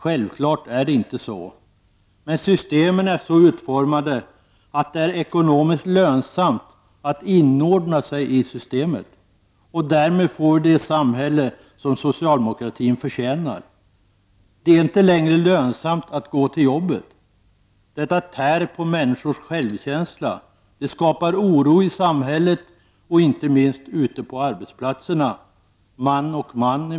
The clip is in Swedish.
Självfallet är det inte så, men systemet är så utformat att det är ekonomiskt lönsamt att inordna sig i systemet. Och därmed får vi det samhälle som socialdemokratin förtjänar. Det är inte längre lönsamt att gå till jobbet. Detta tär på människors självkänsla, det skapar oro i vårt samhälle, inte minst ute på arbetsplatserna.